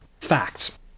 facts